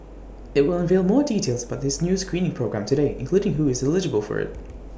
IT will unveil more details about this new screening programme today including who is eligible for IT